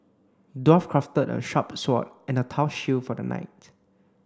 dwarf crafted a sharp sword and a tough shield for the knight